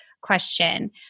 question